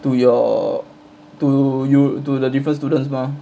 to your to you to the different students mah